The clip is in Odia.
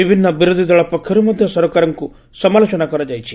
ବିଭିନ୍ନ ବିରୋଧୀ ଦଳ ପକ୍ଷରୁ ମଧ୍ଧ ସରକାରଙ୍କୁ ସମାଲୋଚନା କରାଯାଇଛି